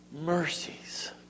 mercies